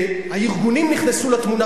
והארגונים נכנסו לתמונה,